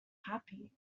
happy